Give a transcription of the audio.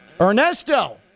Ernesto